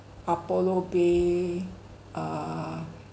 apollo bay err